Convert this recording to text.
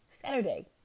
Saturday